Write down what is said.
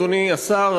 אדוני השר,